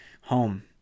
Home